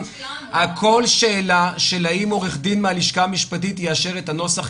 הכל שאלה של האם עורך דין מהשלכה המשפטית יאשר את הנוסח,